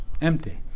empty